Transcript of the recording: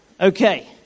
Okay